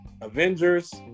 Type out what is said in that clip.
Avengers